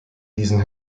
diesen